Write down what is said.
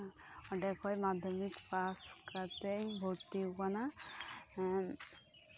ᱚᱸᱰᱮ ᱠᱷᱚᱱ ᱢᱟᱫᱽᱫᱷᱚᱢᱤᱠ ᱯᱟᱥ ᱠᱟᱛᱮᱫ ᱤᱧ ᱵᱷᱚᱨᱛᱤ ᱟᱠᱟᱱᱟ